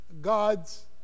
God's